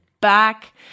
back